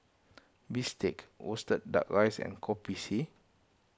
Bistake Roasted Duck Rice and Kopi C